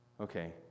Okay